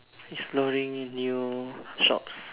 exploring new shops